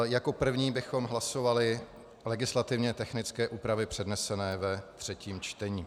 Jako první bychom hlasovali legislativně technické úpravy přednesené ve třetím čtení.